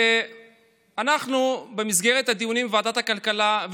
ואנחנו במסגרת הדיונים בוועדת הכלכלה,